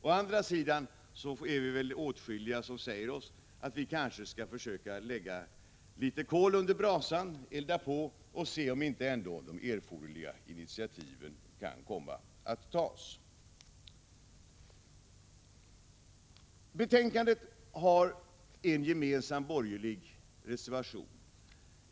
Å andra sidan är vi väl åtskilliga som säger oss att vi kanske skall försöka lägga några kol under brasan, elda på och se om inte erforderliga initiativ kan komma att tas. I betänkandet finns en gemensam borgerlig reservation.